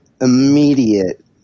immediate